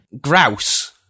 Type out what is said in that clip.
Grouse